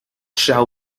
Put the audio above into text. shall